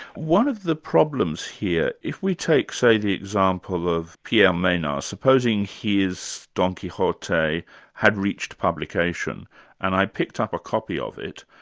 one of the problems here, if we take say, the example of pierre menard. supposing his don quixote had reached publication and i picked up a copy of it,